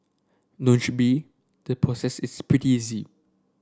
be the process is pretty easy